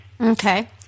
Okay